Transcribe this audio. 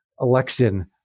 election